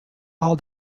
all